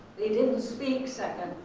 they didn't speak second.